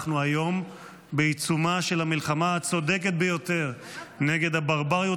אנחנו היום בעיצומה של המלחמה הצודקת ביותר נגד הברבריות